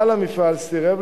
בעל המפעל סירב,